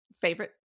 favorite